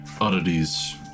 oddities